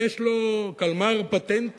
האם יש לו קלמר פטנטים,